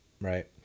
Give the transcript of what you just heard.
right